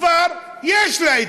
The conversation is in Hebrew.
כבר יש לה,